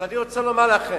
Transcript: אני רוצה לומר לכם,